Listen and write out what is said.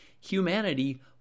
humanity